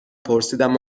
پرسیدم